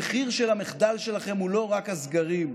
המחיר של המחדל שלכם הוא לא רק הסגרים,